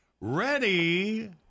Ready